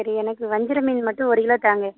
சரி எனக்கு வஞ்சிரம் மீன் மட்டும் ஒரு கிலோ தாங்க